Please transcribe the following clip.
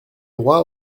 roi